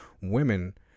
women